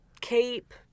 cape